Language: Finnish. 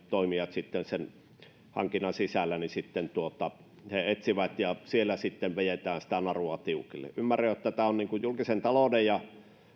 toimijat sen hankinnan sisällä omalta osaltaan etsivät ja siellä sitten vedetään sitä narua tiukille ymmärrän että niin kuin julkisen talouden ja